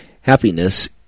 Happiness